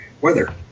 weather